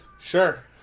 Sure